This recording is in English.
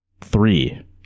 Three